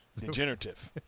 Degenerative